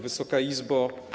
Wysoka Izbo!